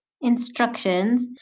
instructions